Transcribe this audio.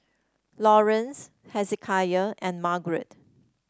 Lawerence Hezekiah and Marget